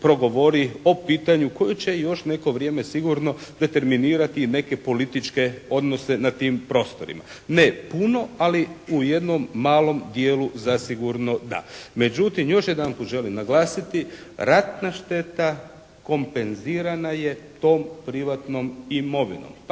progovori o pitanju koje će još neko vrijeme sigurno determinirati i neke političke odnose na tim prostorima. Ne puno, ali u jednom malom dijelu zasigurno da. Međutim još jedanput želim naglasiti ratna šteta kompenzirana je tom privatnom imovinom,